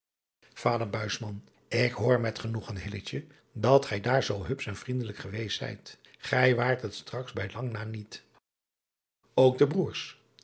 ader k hoor met genoegen dat gij daar zoo hupsch en vriendelijk geweest zijt ij waart het straks bij lang na niet ok de broêrs